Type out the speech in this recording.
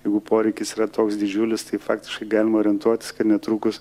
jeigu poreikis yra toks didžiulis tai faktiškai galima orientuotis kad netrukus